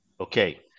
Okay